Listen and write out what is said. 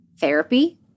therapy